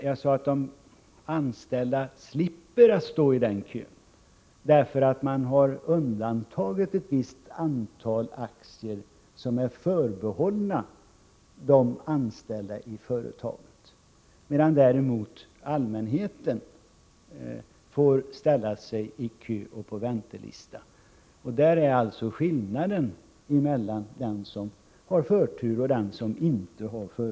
Jag sade att de anställda slipper stå i den kön därför att man har undantagit ett visst antal aktier, som är förbehållna de anställda - medan däremot allmänheten får ställa sig i kö och på väntelista. Där är alltså skillnaden mellan den som har förtur och den som inte har det.